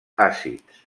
àcids